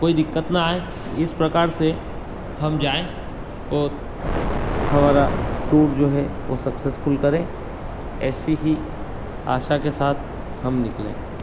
कोई दिक्कत ना आए इस प्रकार से हम जाएँ और हमारा टूर जो है वो सक्सेसफुल करें ऐसी ही आशा के साथ हम निकलें